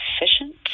efficient